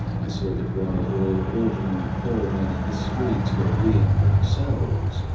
i saw that while all ordinary poor men in the streets were being themselves,